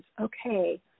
Okay